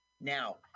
Now